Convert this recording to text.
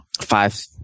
Five